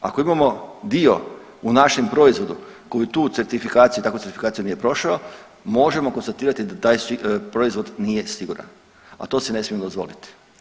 Ako imamo dio u našem proizvodu koji tu certifikaciju i takvu certifikaciju nije prošao možemo konstatirati da taj proizvod nije siguran, a to si ne smijemo dozvolit.